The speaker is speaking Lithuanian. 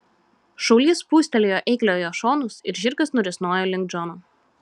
šaulys spūstelėjo eikliojo šonus ir žirgas nurisnojo link džono